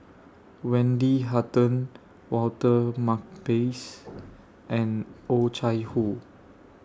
Wendy Hutton Walter Makepeace and Oh Chai Hoo